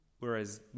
Whereas